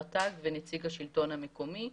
רט"ג ונציג השלטון המקומי.